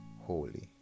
holy